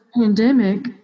pandemic